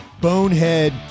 bonehead